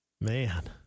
man